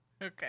Okay